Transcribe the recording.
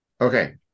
Okay